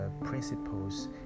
principles